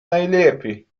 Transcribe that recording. najlepiej